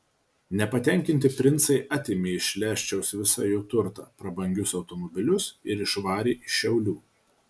nepatenkinti princai atėmė iš leščiaus visą jo turtą prabangius automobilius ir išvarė iš šiaulių